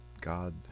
God